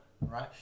right